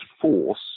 force